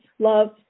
Love